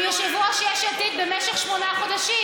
עם יושב-ראש יש עתיד במשך שמונה חודשים,